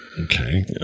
Okay